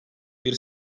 bir